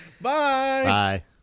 bye